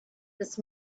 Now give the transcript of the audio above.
this